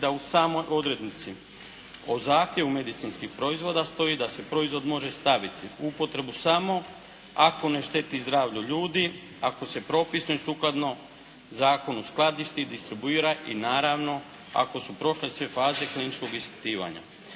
da u samoj odrednici o zahtjevu medicinskih proizvoda stoji da se proizvod može staviti u upotrebu samo ako ne šteti zdravlju ljudi, ako se propisno i sukladno zakonu skladišti, distribuira i naravno ako su prošle sve faze kliničkog ispitivanja,